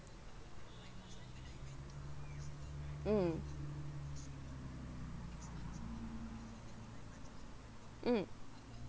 mm mm